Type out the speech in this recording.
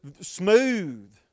smooth